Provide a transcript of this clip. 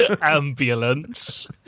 Ambulance